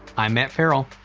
i'm matt ferrell,